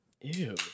ew